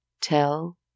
Tell